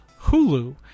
hulu